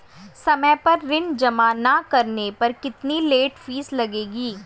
समय पर ऋण जमा न करने पर कितनी लेट फीस लगेगी?